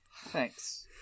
Thanks